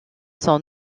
son